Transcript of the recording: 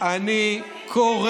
תרים טלפון